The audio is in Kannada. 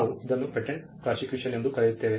ನಾವು ಇದನ್ನು ಪೇಟೆಂಟ್ ಪ್ರಾಸಿಕ್ಯೂಷನ್ ಎಂದು ಕರೆಯುತ್ತೇವೆ